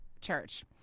church